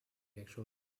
actual